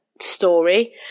story